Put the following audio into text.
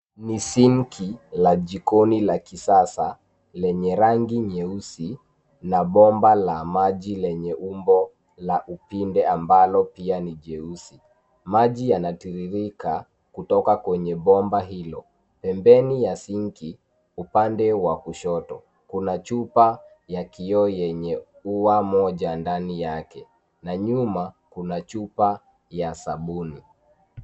Ni sinki la jikoni la kisasa lenye rangi nyeusi na bomba la maji lenye umbo la upinde ambalo pia ni jeusi. Maji yanatiririka kutoka kwenye bomba hilo. Pembeni ya sinki upande wa kushoto kuna chupa ya kioo yenye ua moja ndani yake na nyuma kuna chupa ya sabuni.